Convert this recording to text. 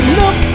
look